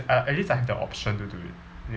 at least I have the option to do it